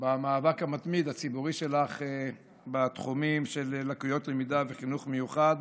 במאבק הציבורי המתמיד שלך בתחומים של לקויות למידה וחינוך מיוחד,